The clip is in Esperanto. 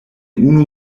unu